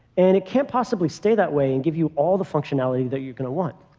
and it can't possibly stay that way and give you all the functionality that you're going to want.